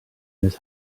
his